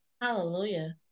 Hallelujah